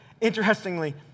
Interestingly